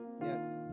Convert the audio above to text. Yes